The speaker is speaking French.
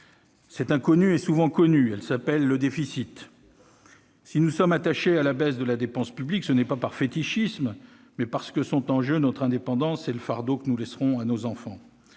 cette inconnue est connue : elle s'appelle le déficit. Si nous sommes attachés à la baisse de la dépense publique, ce n'est pas par fétichisme, mais parce que sont en jeu notre indépendance et le fardeau que nous laisserons à nos enfants.